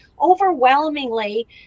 overwhelmingly